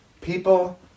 people